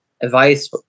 Advice